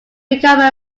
become